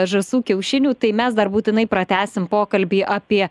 žąsų kiaušinių tai mes dar būtinai pratęsim pokalbį apie